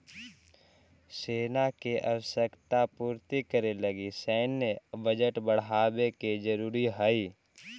सेना के आवश्यकता पूर्ति करे लगी सैन्य बजट बढ़ावे के जरूरी हई